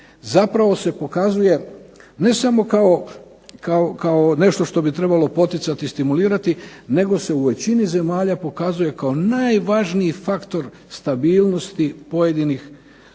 zapravo se pokazuje ne samo kao nešto što bi trebalo poticati i stimulirati nego se u većini zemalja pokazuje kao najvažniji faktor stabilnosti pojedinih